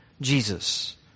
Jesus